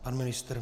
Pan ministr?